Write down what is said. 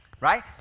right